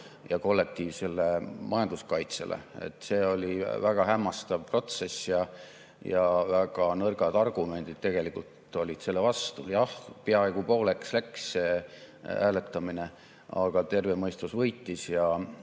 ja kollektiivsele majanduskaitsele. See oli väga hämmastav protsess ja väga nõrgad argumendid tegelikult olid selle vastu. Jah, peaaegu pooleks läks see hääletamine, aga terve mõistus võitis. Ja